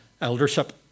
eldership